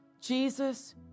Jesus